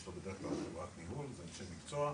יש לו בדרך כלל חברת ניהול ואנשי מקצוע,